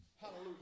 Hallelujah